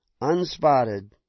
unspotted